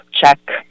check